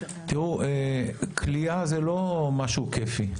תראו, כליאה זה לא משהו כייפי,